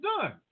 done